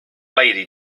lady